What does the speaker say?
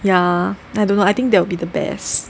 ya I don't know I think that would be the best